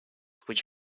which